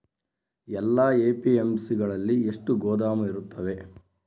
ಎಲ್ಲಾ ಎ.ಪಿ.ಎಮ್.ಸಿ ಗಳಲ್ಲಿ ಎಷ್ಟು ಗೋದಾಮು ಇರುತ್ತವೆ?